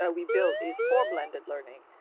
ah we build, is for blended learning.